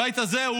הבית הזה,